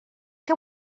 què